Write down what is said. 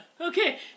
Okay